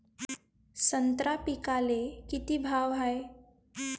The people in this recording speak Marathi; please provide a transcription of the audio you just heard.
संत्रा पिकाले किती भाव हाये?